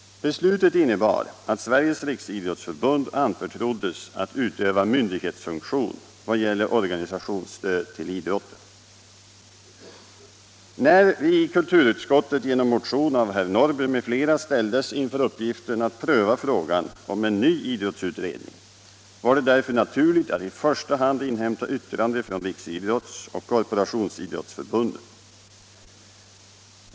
Beslutet innebar att Sveriges riksidrottsför bund anförtroddes att utöva myndighetsfunktion vad det gäller orga Nr 29 nisationsstöd till idrotten. Onsdagen den När vi i kulturutskottet genom motion av herr Norrby m.fl. ställdes 26 november 1975 inför uppgiften att pröva frågan om en ny idrottsutredning, var det därför naturligt att i första hand inhämta yttrande från Riksidrottsförbundet — Ökat stöd åt och Korporationsidrottsförbundet.